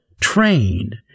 trained